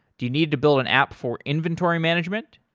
do you need to build an app for inventory management?